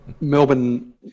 Melbourne